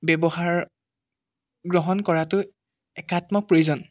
ব্যৱহাৰ গ্ৰহণ কৰাতো একাত্মক প্ৰয়োজন